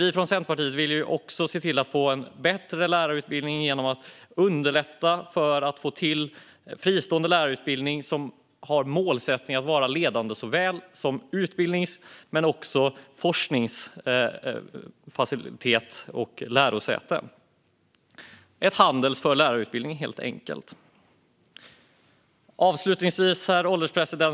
Vi från Centerpartiet vill också se till att få en bättre lärarutbildning genom att underlätta för att få till fristående lärarutbildning på ett lärosäte som har målsättningen att vara ledande vad gäller såväl utbildnings som forskningsfaciliteter - ett Handels för lärarutbildning helt enkelt. Herr ålderspresident!